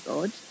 God